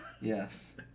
Yes